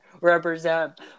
represent